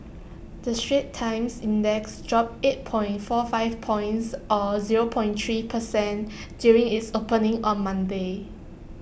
the straits times index dropped eight point four five points or zero point three per cent during its opening on Monday